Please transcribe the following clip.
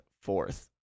fourth